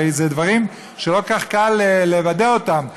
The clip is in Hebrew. הרי אלה דברים שלא כל כך קל לוודא אותם.